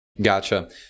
Gotcha